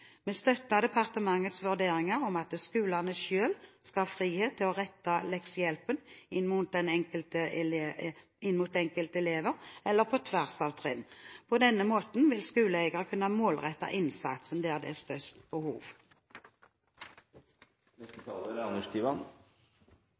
Vi støtter departementets vurderinger om at skolene selv skal ha frihet til å rette leksehjelpen inn mot enkelte elever, eller på tvers av trinn. På denne måten vil skoleeier kunne målrette innsatsen der det er størst behov.